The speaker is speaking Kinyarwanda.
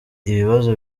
ibibazo